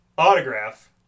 autograph